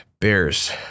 bears